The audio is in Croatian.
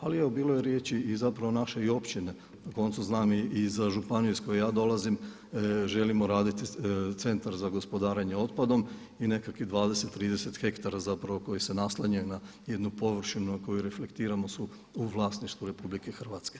Ali evo bilo je riječi i naše općine, na koncu znam i za županiju iz koje ja dolazim želimo raditi centar za gospodarenje otpadom i nekakvih 20, 30 hektara koji se naslanjaju na jednu površinu na koju reflektiramo su u vlasništvu RH.